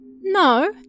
No